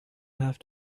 have